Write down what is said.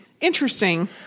interesting